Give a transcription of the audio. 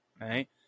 right